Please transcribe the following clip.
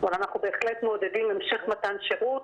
אבל אנחנו בהחלט מעודדים המשך מתן שירות.